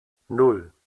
nan